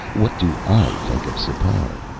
what do i think of sipar?